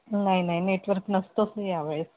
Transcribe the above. नाही नाही नेटवर्क नसतोच यावेळेस